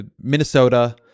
Minnesota